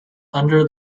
under